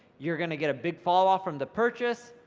you're gonna get a big falloff from the purchase.